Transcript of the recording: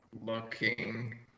looking